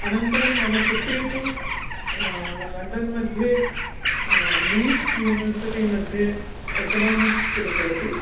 अनन्तरं मम पुत्री तु लण्डन्मध्ये लीट्स् यूनिवर्सिटीमध्ये एकनामिक्स् कृतवती